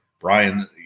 Brian